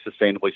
sustainably